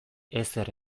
ezer